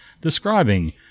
describing